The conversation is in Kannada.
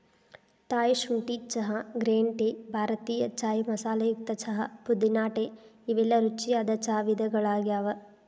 ಥಾಯ್ ಶುಂಠಿ ಚಹಾ, ಗ್ರೇನ್ ಟೇ, ಭಾರತೇಯ ಚಾಯ್ ಮಸಾಲೆಯುಕ್ತ ಚಹಾ, ಪುದೇನಾ ಟೇ ಇವೆಲ್ಲ ರುಚಿಯಾದ ಚಾ ವಿಧಗಳಗ್ಯಾವ